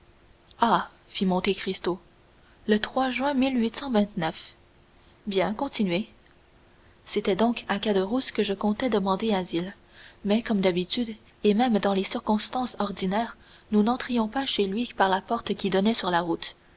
monte cristo le juin bien continuez c'était donc à caderousse que je comptais demander asile mais comme d'habitude et même dans les circonstances ordinaires nous n'entrions pas chez lui par la porte qui donnait sur la route